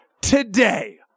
today